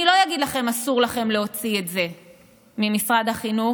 אני לא אגיד לכם: אסור לכם להוציא את זה ממשרד החינוך,